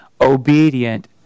obedient